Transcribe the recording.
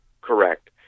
correct